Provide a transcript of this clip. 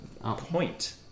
point